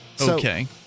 Okay